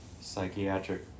psychiatric